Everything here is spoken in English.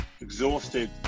exhausted